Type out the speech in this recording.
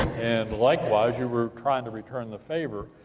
and likewise, you were trying to return the favor,